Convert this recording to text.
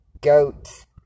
goats